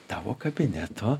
tavo kabineto